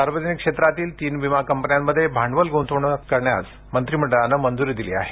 सार्वजनिक क्षेत्रातील तीन विमा कंपन्यांमध्ये भांडवल ग्रंतवण्यास मंत्रिमंडळानं मंजूरी दिली आहे